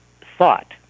thought